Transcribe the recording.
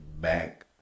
back